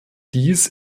dies